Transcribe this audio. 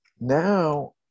now